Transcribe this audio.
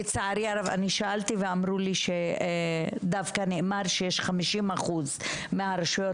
אני שאלתי ואמרו לי שנאמר שיש 50% מהרשויות